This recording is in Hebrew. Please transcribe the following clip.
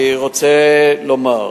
אני רוצה לומר